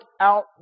out